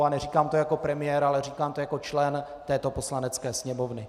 A neříkám to jako premiér, ale říkám to jako člen této Poslanecké sněmovny.